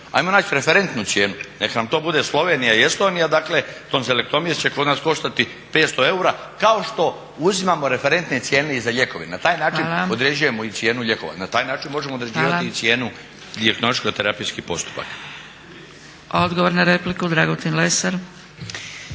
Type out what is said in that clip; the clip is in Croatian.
Ajmo naći referentnu cijenu, neka nam to bude Slovenija i Estonija dakle tonzilektomija će kod nas koštati 500 eura, kao što uzimamo referentne cijene i za lijekove. Na taj način određujemo i cijenu lijekova, na taj način možemo određivati cijenu dijagnostičko-terapijskog postupka. **Zgrebec, Dragica